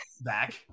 back